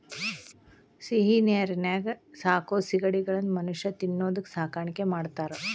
ಸಿಹಿನೇರಿನ್ಯಾಗ ಸಾಕೋ ಸಿಗಡಿಗಳನ್ನ ಮನುಷ್ಯ ತಿನ್ನೋದಕ್ಕ ಸಾಕಾಣಿಕೆ ಮಾಡ್ತಾರಾ